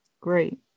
Great